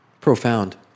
Profound